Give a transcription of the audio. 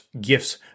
gifts